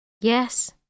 Yes